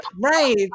right